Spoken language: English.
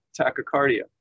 tachycardia